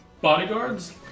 bodyguards